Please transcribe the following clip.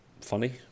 Funny